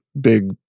big